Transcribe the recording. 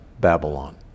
Babylon